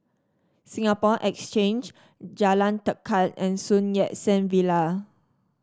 Singapore Exchange Jalan Tekad and Sun Yat Sen Villa